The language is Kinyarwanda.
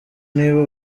niba